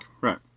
right